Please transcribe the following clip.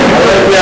?